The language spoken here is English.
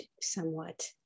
somewhat